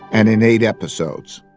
and in eight episodes.